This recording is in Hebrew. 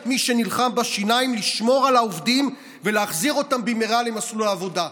מי שנלחם בשיניים לשמור על העובדים ולהחזיר אותם במהרה למסלול העבודה.